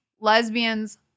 Lesbians